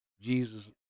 Jesus